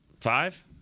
five